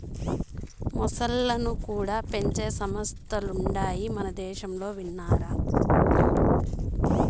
మొసల్లను కూడా పెంచే సంస్థలుండాయి మనదేశంలో విన్నారా